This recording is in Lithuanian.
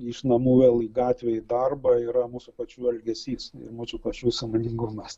iš namų vėl į gatvę į darbą yra mūsų pačių elgesys ir mūsų pačių sąmoningumas